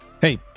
hey